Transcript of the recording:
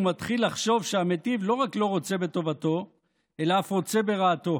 הוא מתחיל לחשוב שהמיטיב לא רק לא רוצה בטובתו אלא אף רוצה ברעתו.